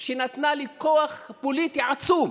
שנתנה לי כוח פוליטי עצום.